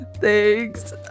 Thanks